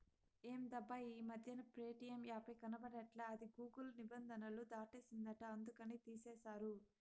ఎందబ్బా ఈ మధ్యన ప్యేటియం యాపే కనబడట్లా అది గూగుల్ నిబంధనలు దాటేసిందంట అందుకనే తీసేశారు